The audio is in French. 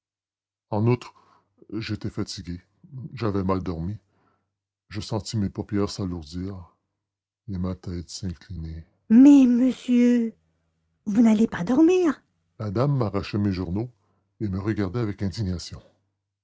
en outre j'étais fatigué j'avais mal dormi je sentis mes paupières s'alourdir et ma tête s'incliner mais monsieur vous n'allez pas dormir la dame m'arrachait mes journaux et me regardait avec indignation